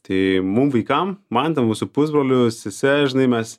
tai mum vaikam man ten su pusbroliu sese žinai mes